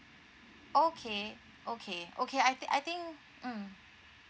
okay okay okay I thi~ I think mm